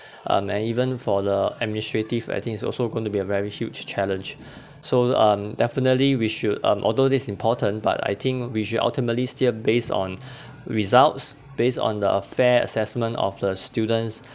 um and even for the administrative I think it's also going to be a very huge challenge so um definitely we should um although this important but I think we should ultimately still based on results based on the fair assessment of the students